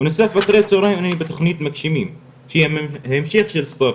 בנוסף אחרי הצהריים אני בתוכנית מגשימים שהיא ההמשך של ספרטיק,